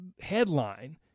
headline